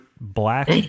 black